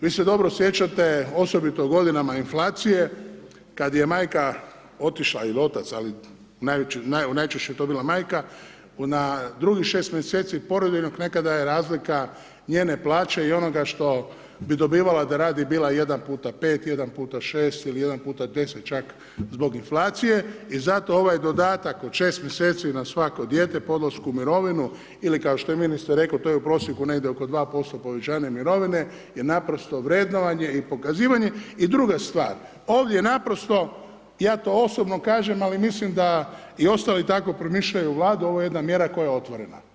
Vi se dobro sjećate, osobito u godinama inflacije, kad je majka otišla, ili otac, ali najčešće je to bila majka, na drugih 6 mjeseci porodiljnog, nekada je razlika njene plaće i onoga što bi dobivala da radi, bila 1x5, 1x6 ili 1x10 čak zbog inflacije, i zato ovaj dodatak od 6 mjeseci na svako dijete po odlasku u mirovinu ili kao što je ministar rekao to je u prosjeku negdje oko 2% povećanje mirovine, jer naprosto vrednovanje i pokazivanje, i druga stvar, ovdje naprosto, ja to osobno kažem, ali mislim da i ostali tako promišljaju u Vladi, ovo je jedna mjera koja je otvorena.